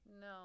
No